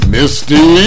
Misty